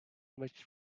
make